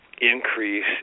increase